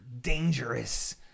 dangerous